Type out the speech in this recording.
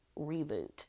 reboot